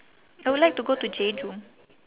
I would like to go to jeju